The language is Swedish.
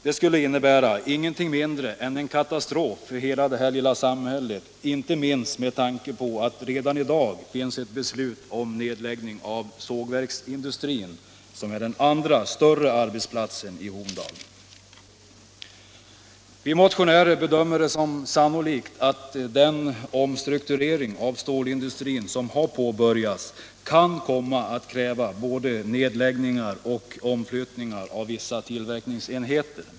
Det skulle innebära ingenting mindre än en katastrof för hela samhället, inte minst med tanke på att det i dag redan finns ett beslut om nedläggning av sågverksindustrin, som är den andra större arbetsplatsen i Horndal. Vi motionärer bedömer det som sannolikt att den omstrukturering av stålindustrin som har påbörjats kan komma att kräva både nedläggningar och omflyttningar av vissa tillverkningsenheter.